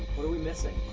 what are we missing?